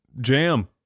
jam